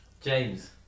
James